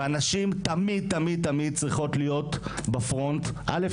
ומאוד שמחה שאת בתפקיד הזה.